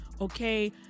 okay